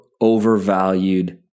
overvalued